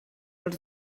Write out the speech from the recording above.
els